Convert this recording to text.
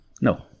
No